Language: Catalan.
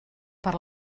per